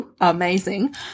Amazing